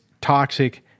toxic